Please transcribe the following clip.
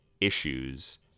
issues